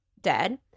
dead